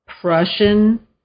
Prussian